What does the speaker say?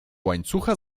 łańcucha